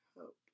hope